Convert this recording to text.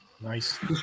nice